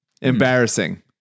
Embarrassing